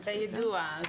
ביידוע,